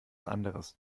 anderes